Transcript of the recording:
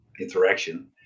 interaction